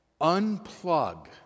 Unplug